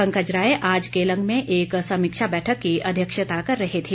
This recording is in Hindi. पंकज राय आज केलांग में एक समीक्षा बैठक की अध्यक्षता कर रहे थे